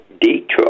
Detroit